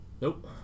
Nope